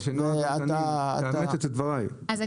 אני